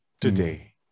today